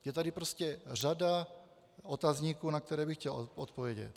Je tady prostě řada otazníků, na které bych chtěl odpovědět.